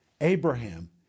Abraham